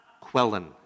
Quellen